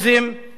מעֵסִפְיָא,